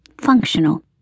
functional